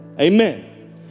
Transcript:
Amen